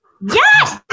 Yes